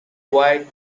wide